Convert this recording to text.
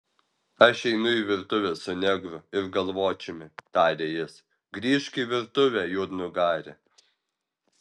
aš einu į virtuvę su negru ir galvočiumi tarė jis grįžk į virtuvę juodnugari